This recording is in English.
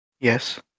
Yes